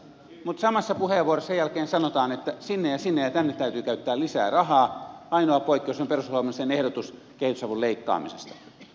mutta samassa puheenvuorossa sen jälkeen sanotaan että sinne ja sinne ja tänne täytyy käyttää lisää rahaa ainoa poikkeus on perussuomalaisten ehdotus kehitysavun leikkaamisesta